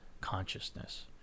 consciousness